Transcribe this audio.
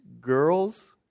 girls